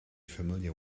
familiar